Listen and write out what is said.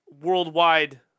worldwide